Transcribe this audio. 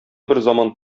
берзаман